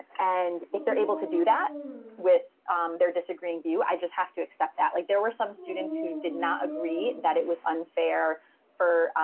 and if they're able to do that with their disagreeing view, i just have to accept that like there were some students who did not agree that it was unfair for